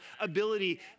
ability